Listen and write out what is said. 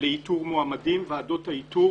לאיתור מועמדים, ועדות האיתור